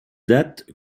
date